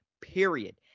period